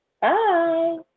Bye